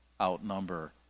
outnumber